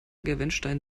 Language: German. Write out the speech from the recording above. wendelstein